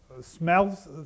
smells